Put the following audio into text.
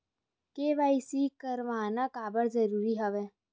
KYC करवाना काबर जरूरी हवय?